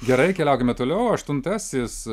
gerai keliaukime toliau aštuntasis